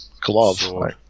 glove